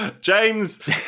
James